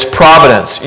providence